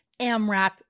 AMRAP